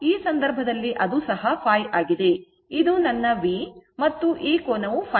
ಆದ್ದರಿಂದ ಇದು ನನ್ನ v ಮತ್ತು ಈ ಕೋನವು ϕ